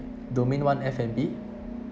domain one F&B